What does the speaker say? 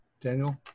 Daniel